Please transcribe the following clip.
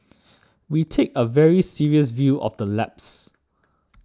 we take a very serious view of the lapse